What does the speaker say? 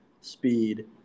speed